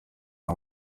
nta